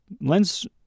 lens